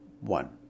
one